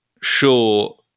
sure